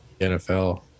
NFL